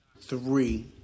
three